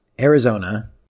Arizona